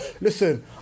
listen